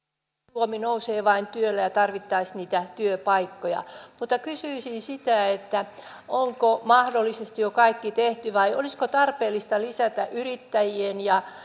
suomi nousee vain työllä ja tarvittaisiin niitä työpaikkoja mutta kysyisin sitä onko mahdollisesti jo kaikki tehty vai olisiko tarpeellista lisätä yrittäjien ja